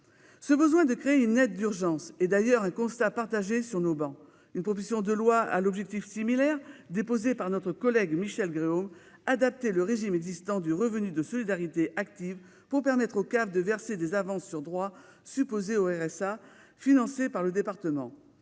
Le besoin de créer une aide d'urgence est un constat partagé sur les travées de notre assemblée. Une proposition de loi à l'objectif similaire, déposée par notre collègue Michelle Gréaume, adaptait le régime existant du revenu de solidarité active pour permettre aux CAF de verser des avances sur droits supposés au RSA, financées par le département.